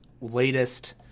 latest